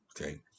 okay